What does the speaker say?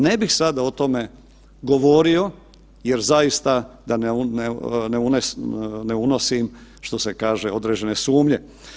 Ne bih sada o tome govorio jer zaista da ne unosim što se kaže određene sumnje.